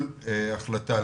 כל החלטה,